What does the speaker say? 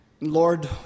Lord